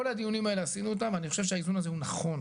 כל הדיונים האלו כבר עשינו אותם ואני חושב שהאיזון הזה הוא נכון,